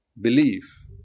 belief